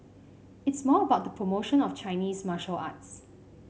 it's more about the promotion of Chinese martial arts